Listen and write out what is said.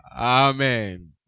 Amen